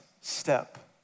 step